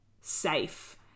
safe